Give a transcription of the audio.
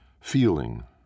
feeling